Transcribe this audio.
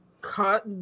Cut